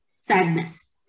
sadness